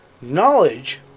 Knowledge